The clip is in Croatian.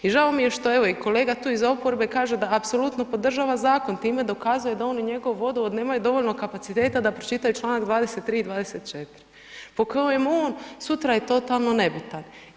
I žao mi je što, evo i kolega tu iz oporbe kaže da apsolutno podržava zakon, time dokazuje da on i njegovi vodovod nemaju dovoljno kapaciteta da pročitaju čl. 23 i 24. po kojem on sutra je totalno nebitan.